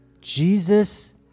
Jesus